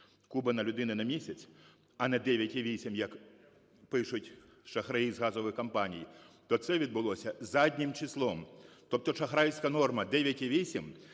куба на людину в місяць, а не 9,8, як пишуть шахраї з газових компаній, то це відбулося заднім числом. Тобто шахрайська норма 9,8